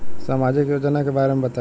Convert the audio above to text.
सामाजिक योजना के बारे में बताईं?